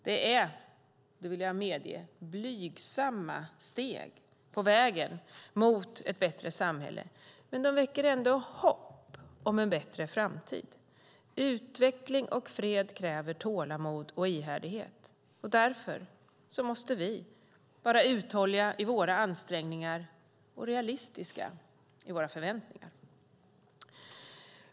De är - det vill jag medge - blygsamma steg på vägen mot ett bättre samhälle, men de väcker ändå hopp om en bättre framtid. Utveckling och fred kräver tålamod och ihärdighet. Vi måste därför vara uthålliga i våra ansträngningar och realistiska i våra förväntningar. Fru talman!